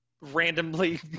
randomly